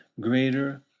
greater